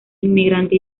inmigrante